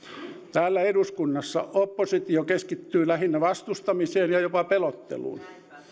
täällä eduskunnassa oppositio keskittyy lähinnä vastustamiseen ja jopa pelotteluun